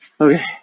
Okay